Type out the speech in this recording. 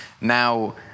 now